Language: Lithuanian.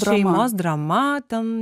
šeimos drama ten